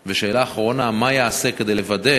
3. ושאלה אחרונה, מה ייעשה כדי לוודא